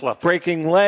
breaking